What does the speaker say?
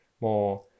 more